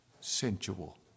Sensual